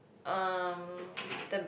um the